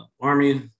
Army